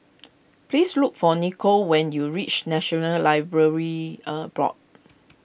please look for Nico when you reach National Library a Board